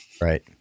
Right